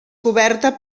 coberta